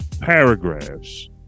paragraphs